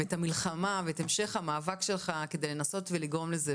את המלחמה ואת המשך המאבק שלך כדי לנסות לגרום לזה,